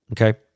okay